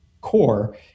core